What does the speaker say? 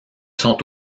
sont